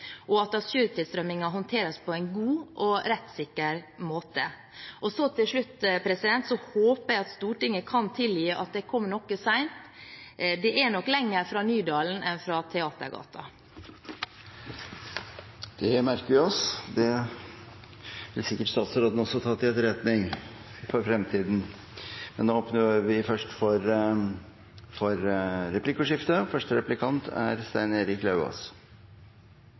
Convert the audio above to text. og at asyltilstrømmingen håndteres på en god og rettssikker måte. Til slutt håper jeg at Stortinget kan tilgi at jeg kom noe sent. Det er nok lenger fra Nydalen enn fra Teatergata. Det merker vi oss, og det vil sikkert statsråden også ta til etterretning for fremtiden. Det blir replikkordskifte. Ja, for min del skal hun få den slakken. Jeg vil ønske statsråden velkommen til Stortinget som ny innvandrings- og